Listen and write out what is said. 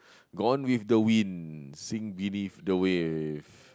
gone with the wind sink beneath the wave